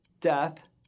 death